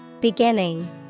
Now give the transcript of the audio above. Beginning